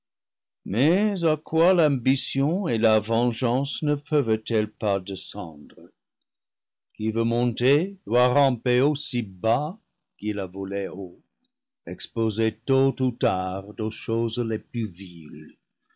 et la vengeance ne peuvent-elles pas descendre qui veut monter doit ramper aussi bas qu'il a volé haut exposé tôt ou tard aux choses les plus viles